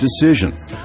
decision